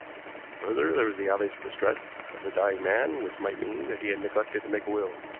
further, there was the obvious distress of the dying man which might mean that he had neglected to make a will.